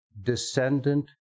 descendant